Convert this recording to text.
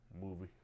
movie